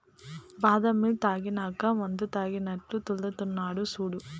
బాదం మిల్క్ తాగినాక మందుతాగినట్లు తూల్తున్నడు సూడు